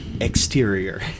Exterior